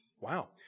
Wow